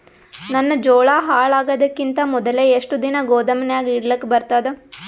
ನನ್ನ ಜೋಳಾ ಹಾಳಾಗದಕ್ಕಿಂತ ಮೊದಲೇ ಎಷ್ಟು ದಿನ ಗೊದಾಮನ್ಯಾಗ ಇಡಲಕ ಬರ್ತಾದ?